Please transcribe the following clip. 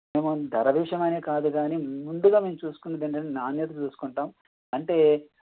మేము ధర విషయమనే కాదు గానీ ముందుగా మేము చూస్కుండేదేంటంటే నాణ్యత చుస్కుంటాం అంటే